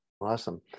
Awesome